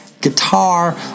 guitar